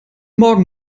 morgen